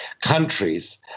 countries